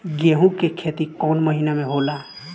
गेहूं के खेती कौन महीना में होला?